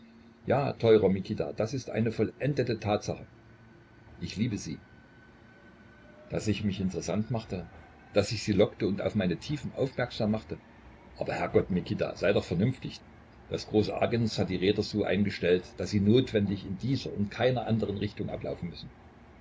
ja teurer mikita das ist eine vollendete tatsache ich liebe sie daß ich mich interessant machte daß ich sie lockte und auf meine tiefen aufmerksam machte aber herrgott mikita sei doch vernünftig das große agens hat die räder so eingestellt daß sie notwendig in dieser und keiner andern richtung ablaufen müssen